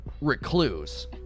Recluse